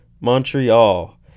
Montreal